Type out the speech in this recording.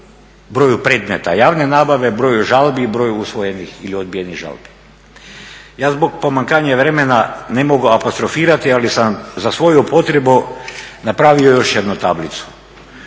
broju predmeta javne nabave, broju žalbi i broju usvojenih ili odbijenih žalbi. Ja zbog pomankanja vremena ne mogu apostrofirati ali sam za svoju potrebu napravio još jednu tablicu